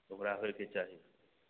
तऽ ओकरा होइके चाही